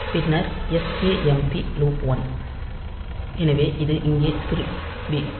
பின்னர் sjmp loop one எனவே அது இங்கே திரும்பி வரும்